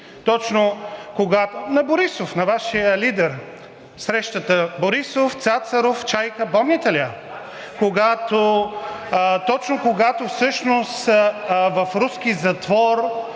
от ГЕРБ-СДС.) На Борисов, на Вашия лидер. Срещата Борисов – Цацаров – Чайка, помните ли я? Точно, когато всъщност в руски затвор